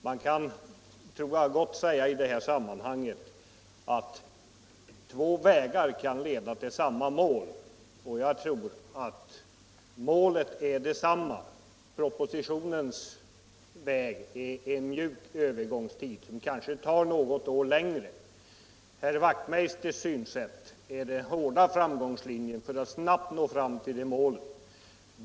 Man kan i detta sammanhang gott säga att två vägar leder till samma mål. Jag tror att målet är detsamma. Propositionens väg innebär en mjuk övergång som kanske tar något år längre tid. Herr Wachtmeisters synsätt är den hårda framgångslinjen för att snabbt nå fram till målet.